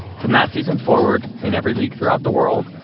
from that season forward, in every league throughout the world,